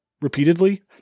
repeatedly